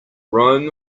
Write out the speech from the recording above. rome